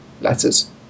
letters